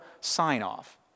sign-off